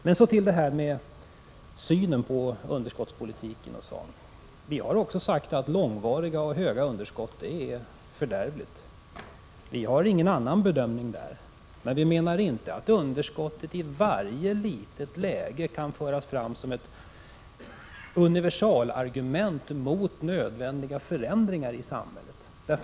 Beträffande synen på underskottspolitiken har vi också sagt att långvariga och stora underskott är ett fördärv. Vi har inte någon annan bedömning i detta sammanhang. Men vi menar inte att underskottet i varje läge kan föras fram som ett universalargument mot nödvändiga förändringar i samhället.